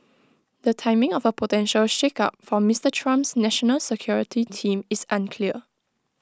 the timing of A potential shakeup for Mister Trump's national security team is unclear